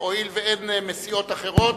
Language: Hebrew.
הואיל ואין מסיעות אחרות,